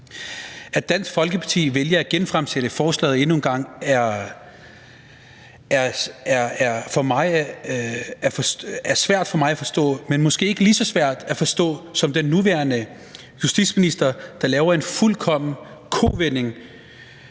At Dansk Folkeparti vælger at genfremsætte forslaget endnu en gang er svært for mig at forstå, men måske ikke lige så svært som at forstå den nuværende justitsminister, der laver en fuldkommen kovending